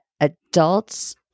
adults